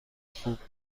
خوب